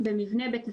(1)במבנה בית הספר,